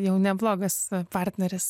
jau neblogas partneris